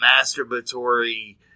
masturbatory